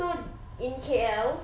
so in K_L